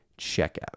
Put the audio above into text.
checkout